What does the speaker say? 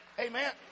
Amen